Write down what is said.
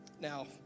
now